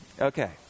Okay